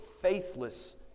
faithless